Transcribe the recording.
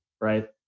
Right